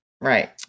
right